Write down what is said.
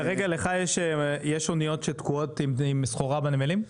-- כרגע לך יש אוניות שתקועות עם סחורה בנמלים?